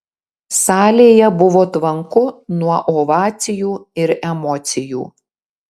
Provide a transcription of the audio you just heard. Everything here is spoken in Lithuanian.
salėje buvo tvanku nuo ovacijų ir emocijų